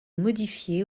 modifié